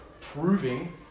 proving